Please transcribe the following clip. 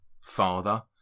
father